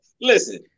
Listen